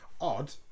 odd